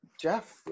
Jeff